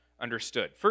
understood